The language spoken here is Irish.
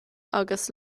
agus